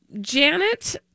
Janet